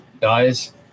guys